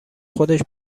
خودش